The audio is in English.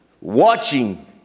Watching